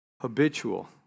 habitual